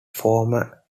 former